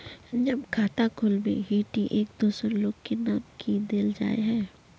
जब खाता खोलबे ही टी एक दोसर लोग के नाम की देल जाए है?